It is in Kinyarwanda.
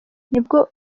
nibwo